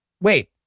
Wait